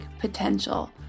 potential